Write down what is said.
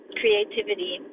creativity